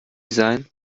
sein